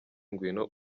ngwino